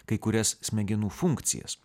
kai kurias smegenų funkcijas